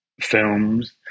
films